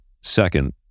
second